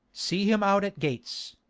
see him out at gates,